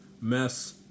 mess